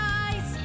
eyes